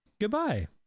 Goodbye